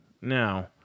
Now